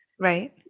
Right